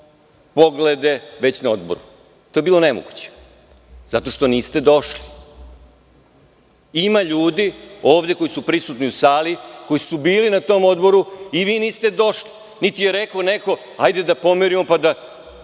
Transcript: poglede već na odboru. To je bilo nemoguće, zato što niste došli. Ima ljudi koji su prisutni u sali, koji su bili na tom odboru, a vi niste došli, niti je rekao neko - hajde da pomerimo, pa da